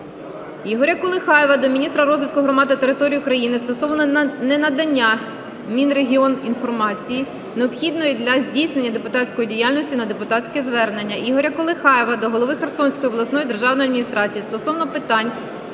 Ігоря Колихаєва до міністра розвитку громад та територій України стосовно ненадання Мінрегіон інформації, необхідної для здійснення депутатської діяльності на депутатське звернення. Ігоря Колихаєва до голови Херсонської обласної державної адміністрації стосовно питань